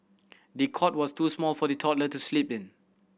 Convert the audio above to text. the cot was too small for the toddler to sleep in